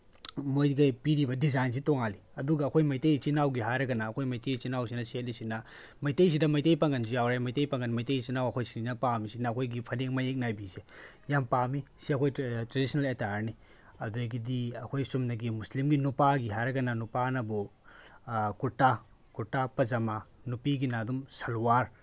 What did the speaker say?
ꯃꯣꯏꯗꯒꯤ ꯄꯤꯔꯤꯕ ꯗꯤꯖꯥꯏꯟꯁꯦ ꯇꯣꯡꯉꯥꯜꯂꯤ ꯑꯗꯨꯒ ꯑꯩꯈꯣꯏ ꯃꯩꯇꯩ ꯏꯆꯤꯜ ꯏꯅꯥꯎꯒꯤ ꯍꯥꯏꯔꯒꯅ ꯑꯩꯈꯣꯏ ꯃꯩꯇꯩ ꯏꯆꯤꯜ ꯏꯅꯥꯎꯁꯤꯅ ꯁꯦꯠꯂꯤꯁꯤꯅ ꯃꯩꯇꯩꯁꯤꯗ ꯃꯩꯇꯩ ꯄꯥꯉꯜꯁꯨ ꯌꯥꯎꯔꯦ ꯃꯩꯇꯩ ꯄꯥꯉꯜ ꯃꯩꯇꯩ ꯏꯆꯤꯜ ꯏꯅꯥꯎ ꯑꯩꯈꯣꯏ ꯁꯤꯅ ꯄꯥꯝꯃꯤꯁꯤꯅ ꯑꯩꯈꯣꯏꯒꯤ ꯐꯅꯦꯛ ꯃꯌꯦꯛ ꯅꯥꯏꯕꯤꯁꯦ ꯌꯥꯝ ꯄꯥꯝꯃꯤ ꯁꯤ ꯑꯩꯈꯣꯏ ꯇ꯭ꯔꯦꯗꯤꯁꯅꯦꯜ ꯑꯦꯇꯥꯌꯔꯅꯤ ꯑꯗꯒꯤꯗꯤ ꯑꯩꯈꯣꯏ ꯆꯨꯝꯅꯒꯤ ꯃꯨꯁꯂꯤꯝꯒꯤ ꯅꯨꯄꯥꯒꯤ ꯍꯥꯏꯔꯒꯅ ꯅꯨꯄꯥꯅꯕꯨ ꯀꯨꯔꯇꯥ ꯀꯨꯔꯇꯥ ꯄꯖꯃꯥ ꯅꯨꯄꯤꯒꯤꯅ ꯑꯗꯨꯝ ꯁꯜꯂꯋꯥꯔ